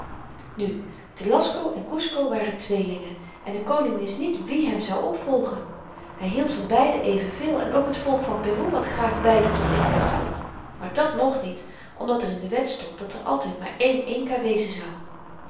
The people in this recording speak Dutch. nu telasco en kusco waren tweelingen en de koning wist niet wie hem zou opvolgen hy hield van beiden evenveel en ook het volk van peru had graag beiden tot inca gehad maar dat mocht niet omdat er in de wet stond dat er altyd maar één inca wezen zou